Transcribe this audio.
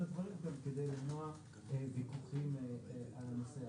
הדברים גם כדי למנוע ויכוחים על הנושא.